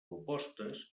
propostes